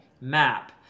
map